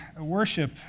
worship